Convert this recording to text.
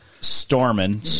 storming